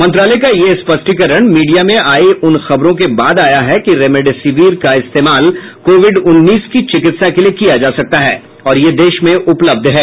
मंत्रालय का यह स्पष्टीकरण मीडिया में आई इन खबरों के बाद आया है कि रेमडेसीविर का इस्तेमाल कोविड उन्नीस की चिकित्सा के लिए किया जा सकता है और यह देश में उपलब्ध है